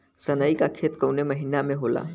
सनई का खेती कवने महीना में होला?